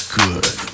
good